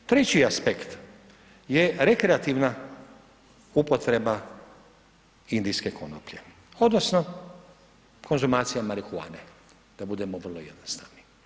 Treći aspekt je rekreativna upotreba indijske konoplje, odnosno, konzumacija marihuane, da budemo vrlo jednostavni.